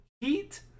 Heat